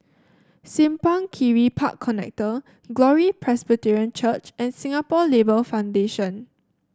Simpang Kiri Park Connector Glory Presbyterian Church and Singapore Labour Foundation